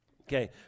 Okay